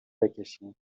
بکشی